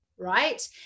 Right